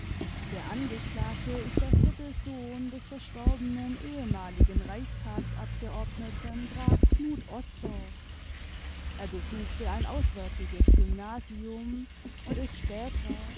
der angeklagte ist der vierte sohn des verstorbenen ehemaligen reichstagsabgeordneten graf knut osdorff er besuchte ein auswärtiges gymnasium und ist später